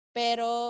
pero